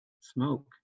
smoke